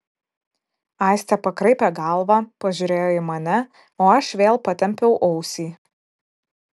aistė pakraipė galvą pažiūrėjo į mane o aš vėl patempiau ausį